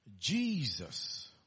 Jesus